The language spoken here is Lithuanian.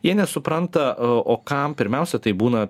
jie nesupranta o kam pirmiausia tai būna